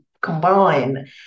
combine